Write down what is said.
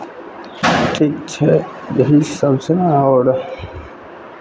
ठीक छै यही सभ छै ने आओर